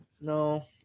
No